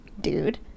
dude